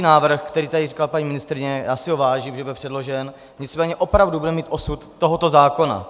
Návrhu, který tady říkala paní ministryně, si vážím, že byl předložen, nicméně opravdu bude mít osud tohoto zákona.